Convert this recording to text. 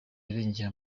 yarengeye